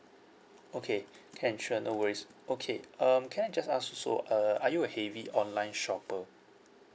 okay can sure no worries okay um can I just ask also uh are you a heavy online shopper